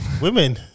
Women